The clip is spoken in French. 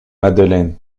madeleine